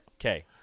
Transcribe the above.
Okay